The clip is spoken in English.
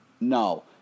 No